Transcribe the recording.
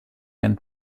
and